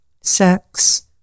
sex